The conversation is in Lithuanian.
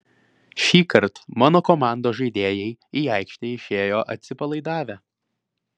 šįkart mano komandos žaidėjai į aikštę išėjo atsipalaidavę